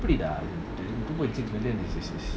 is is is